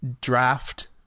draft